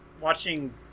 watching